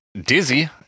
Dizzy